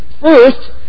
First